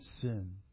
sin